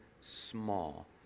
small